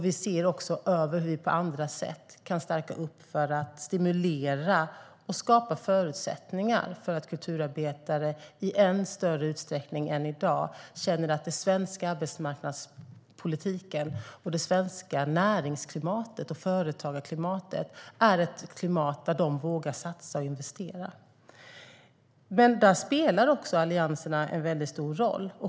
Vi ser också över hur vi på andra sätt kan stärka för att stimulera och skapa förutsättningar för att kulturarbetare i än större utsträckning än i dag ska känna att den svenska arbetsmarknadspolitiken och det svenska näringsklimatet och företagarklimatet är ett klimat där de vågar satsa och investera. Där spelar också allianserna stor roll.